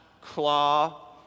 claw